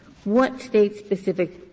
what state-specific